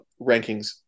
rankings